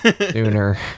sooner